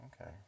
okay